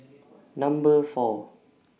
Number four